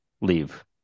leave